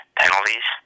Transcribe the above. penalties